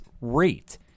rate